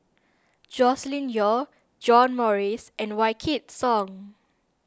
Joscelin Yeo John Morrice and Wykidd Song